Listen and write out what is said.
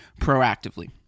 proactively